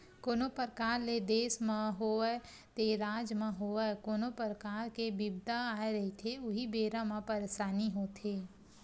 कोनो परकार ले देस म होवय ते राज म होवय कोनो परकार के बिपदा आए रहिथे उही बेरा म परसानी होथे